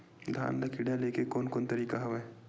धान ल कीड़ा ले के कोन कोन तरीका हवय?